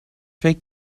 فکر